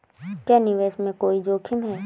क्या निवेश में कोई जोखिम है?